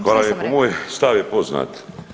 Hvala lijepo, moj stav je poznat.